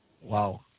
wow